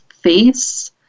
face